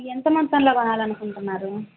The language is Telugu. ఎంత మొత్తంలో కొనాలనుకుంటున్నారు